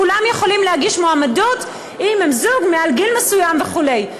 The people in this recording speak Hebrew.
כולם יכולים להגיש מועמדות אם הם זוג מעל גיל מסוים וכו'.